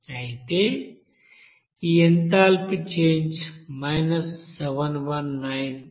అయితేఈ enthalpy change 719